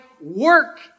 work